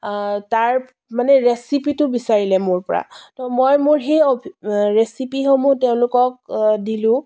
তাৰ মানে ৰেচিপিটো বিচাৰিলে মোৰ পৰা তো মই মোৰ সেই অভি ৰেচিপিসমূহ তেওঁলোকক দিলোঁ